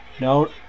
no